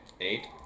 Eight